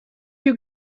you